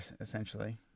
essentially